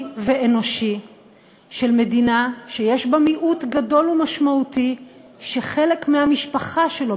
ואנושי של מדינה שיש בה מיעוט גדול ומשמעותי שחלק מהמשפחה שלו,